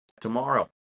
tomorrow